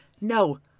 No